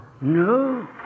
No